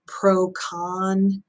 pro-con